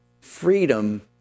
freedom